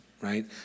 right